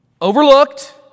overlooked